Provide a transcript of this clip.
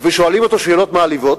ושואלים אותו שאלות מעליבות.